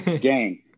gang